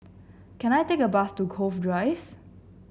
can I take a bus to Cove Drive